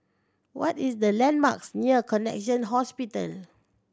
what is the landmarks near Connexion Hospital